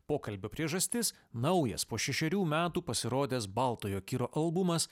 pokalbio priežastis naujas po šešerių metų pasirodęs baltojo kiro albumas